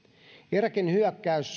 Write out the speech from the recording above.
irakin hyökkäys